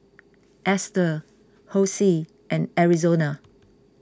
Esther Hosie and Arizona